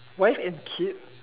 wife and kids